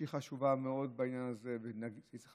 שהיא חשובה מאוד בעניין הזה והיא צריכה